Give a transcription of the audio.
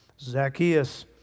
Zacchaeus